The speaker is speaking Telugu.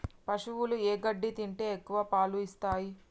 పశువులు ఏ గడ్డి తింటే ఎక్కువ పాలు ఇస్తాయి?